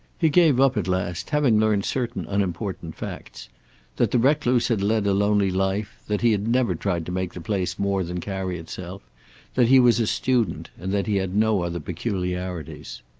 he gave up at last, having learned certain unimportant facts that the recluse had led a lonely life that he had never tried to make the place more than carry itself that he was a student, and that he had no other peculiarities.